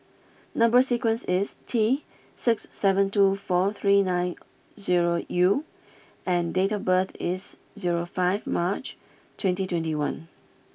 number sequence is T six seven two four three nine zero U and date of birth is zero five March twenty twenty one